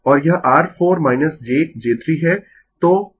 तो अगर I 1 I 2 को ज्ञात करना है